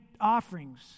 offerings